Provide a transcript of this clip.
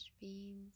beans